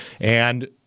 And-